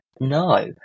no